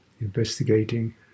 investigating